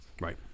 Right